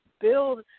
build